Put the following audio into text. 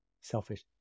selfish